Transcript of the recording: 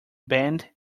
band